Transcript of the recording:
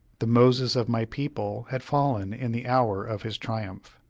the moses of my people had fallen in the hour of his triumph.